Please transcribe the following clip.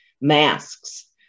Masks